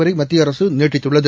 வரை மத்திய அரசு நீட்டித்துள்ளது